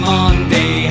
Monday